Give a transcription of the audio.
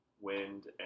Wind